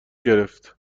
گرفت